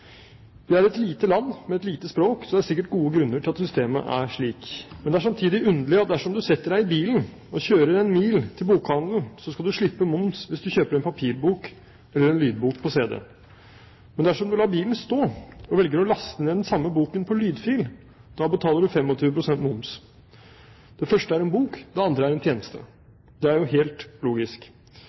Vi er et lite land med et lite språk, så det er sikkert gode grunner til at systemet er slik. Men det er samtidig underlig at dersom du setter deg i bilen og kjører en mil til bokhandelen, skal du slippe moms hvis du kjøper en papirbok eller en lydbok på CD. Men dersom du lar bilen stå og velger å laste ned den samme boken på lydfil, betaler du 25 pst. moms. Det første er en bok, det andre er en tjeneste. Det er jo helt logisk!